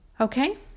Okay